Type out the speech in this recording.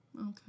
Okay